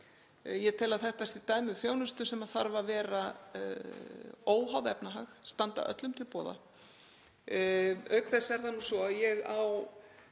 Ég tel að þetta sé dæmi um þjónustu sem þurfi að vera óháð efnahag og standa öllum til boða.